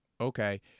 okay